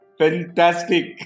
fantastic